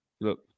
Look